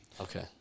Okay